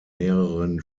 mehreren